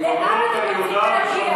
לאן אתם רוצים להגיע,